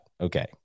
Okay